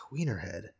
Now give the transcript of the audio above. Wienerhead